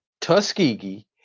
Tuskegee